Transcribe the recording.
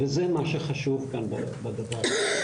וזה מה שחשוב כאן בדבר הזה.